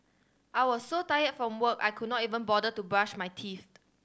I was so tired from work I could not even bother to brush my teeth